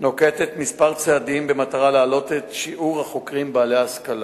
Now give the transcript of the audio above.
נוקטת כמה צעדים במטרה להעלות את שיעור החוקרים בעלי ההשכלה.